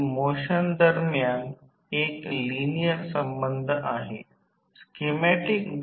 2 1000 उच्च व्होल्टेज बाजू व्होल्टेज 220 आहे